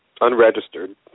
unregistered